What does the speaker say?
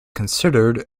considered